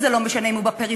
זה לא משנה אם הוא בפריפריה,